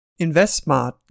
InvestSmart